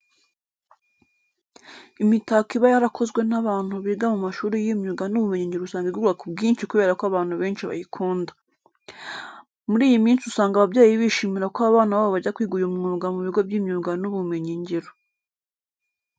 Imitako iba yarakozwe n'abantu biga mu mashuri y'imyuga n'ubumenyingiro usanga igurwa ku bwinshi kubera ko abantu benshi bayikunda. Muri iyi minsi usanga ababyeyi bishimira ko abana babo bajya kwiga uyu mwuga mu bigo by'imyuga n'ubumenyingiro.